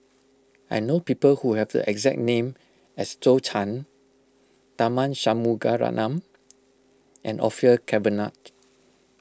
I know people who have the exact name as Zhou Can Tharman Shanmugaratnam and Orfeur Cavenagh